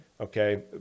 Okay